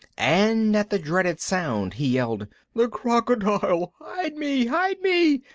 and at the dreaded sound he yelled the crocodile! hide me, hide me!